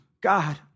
God